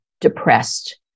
depressed